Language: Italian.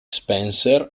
spencer